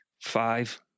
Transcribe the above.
five